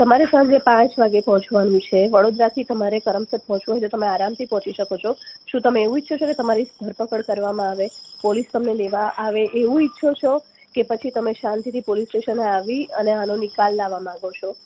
તમારે સાંજે પાંચ વાગે પહોંચવાનું છે વડોદરાથી તમારે કરમસદ પહોંચો એટલે તમે આરામથી પહોંચી શકો છો શું તમે એવું ઈચ્છો છો કે તમારી ધડપકડ કરવામાં આવે પોલીસ તમને લેવા આવે એવું ઈચ્છો છો કે પછી તમે શાંતિથી પોલીસ સ્ટેશને આવી અને આનો નિકાલ લાવવા માંગો છો